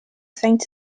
zwängt